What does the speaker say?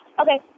Okay